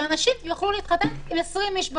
שאנשים יוכלו להתחתן עם 20 אנשים בחוץ.